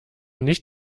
nicht